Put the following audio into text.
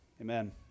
Amen